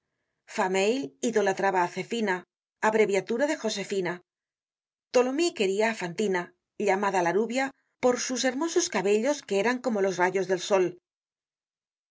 idolatraba á zefina abreviatura de josefina tholomyes queria á fantina llamada larubia por sus hermosos cabellos que eran como los rayos del sol